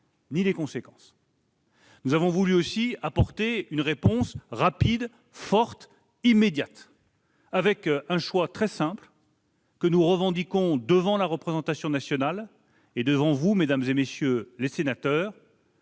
ni les conséquences. Nous avons aussi voulu apporter une réponse rapide, forte et immédiate. Nous avons fait un choix très simple, que nous revendiquons devant la représentation nationale, devant vous, mesdames, messieurs les sénateurs